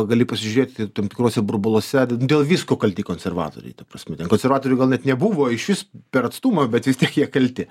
gali pasižiūrėti tam tikruose burbuluose d dėl visko kalti konservatoriai ta prasme ten konservatorių gal net nebuvo išvis per atstumą bet vis tiek jie kalti